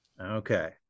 Okay